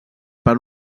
per